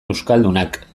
euskaldunak